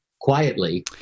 quietly